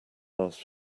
last